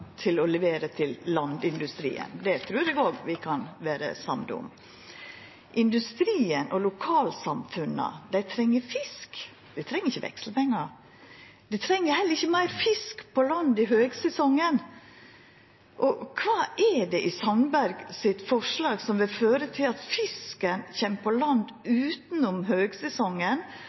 til å levera til landindustrien. Det trur eg òg vi kan vera samde om. Industrien og lokalsamfunna treng fisk, dei treng ikkje vekslepengar. Dei treng heller ikkje meir fisk på land i høgsesongen. Kva er det i Sandberg sitt forslag som vil føra til at fisken kjem på land utanom høgsesongen,